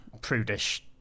prudish